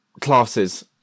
classes